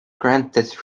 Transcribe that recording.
granted